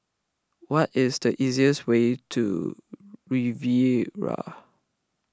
what is the easiest way to Riviera